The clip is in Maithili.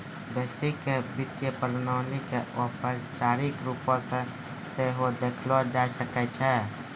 वैश्विक वित्तीय प्रणाली के औपचारिक रुपो से सेहो देखलो जाय सकै छै